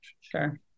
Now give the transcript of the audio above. sure